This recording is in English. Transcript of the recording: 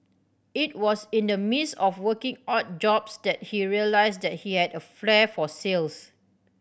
it was in the midst of working odd jobs that he realised that he had a flair for sales